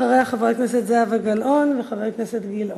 אחריה, חברת הכנסת זהבה גלאון וחבר הכנסת גילאון.